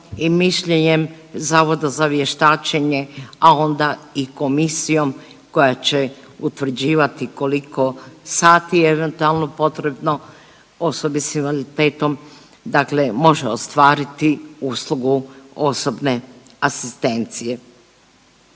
i mišljenjem Zavoda za vještačenje, a onda i komisijom koja će utvrđivati koliko sati je eventualno potrebno osobi s invaliditetom, dakle može ostvariti uslugu osobne asistencije.